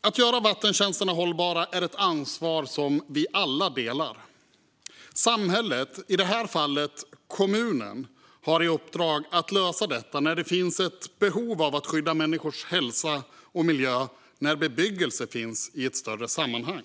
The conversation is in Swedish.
Att göra vattentjänsterna hållbara är ett ansvar som vi alla delar. Samhället, i det här fallet kommunen, har i uppdrag att lösa detta när det finns ett behov av att skydda människors hälsa och miljö när bebyggelse finns i ett större sammanhang.